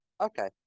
okay